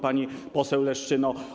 Pani Poseł Leszczyno!